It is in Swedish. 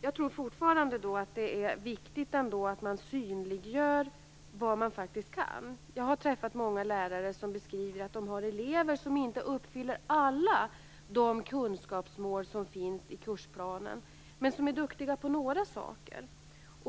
Jag tror fortfarande att det är viktigt att man synliggör vad eleven faktiskt kan. Jag har träffat många lärare som beskriver att de har elever som inte uppfyller alla de kunskapsmål som finns i kursplanen, men som är duktiga på några saker.